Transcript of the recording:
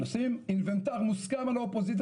נשים אינוונטר מוסכם על האופוזיציה